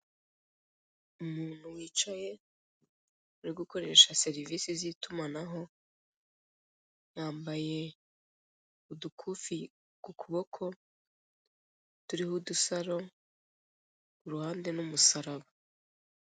Umuntu wicaye uri gukoresha serivise zitumanaho yambaye udukufi kukuboko turiho udusaro kuruhande n'umusaraba.